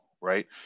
right